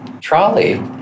Trolley